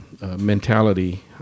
mentality